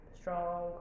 strong